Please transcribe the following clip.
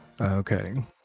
Okay